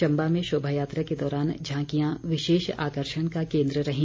चम्बा में शोभा यात्रा के दौरान झांकियां विशेष आकर्षण का केन्द्र रहीं